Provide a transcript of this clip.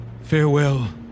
Farewell